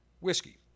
whiskey